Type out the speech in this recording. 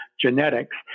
genetics